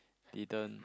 didn't